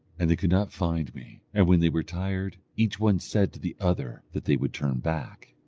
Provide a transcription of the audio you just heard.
and they could not find me and when they were tired, each one said to the other that they would turn back.